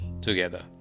together